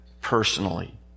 personally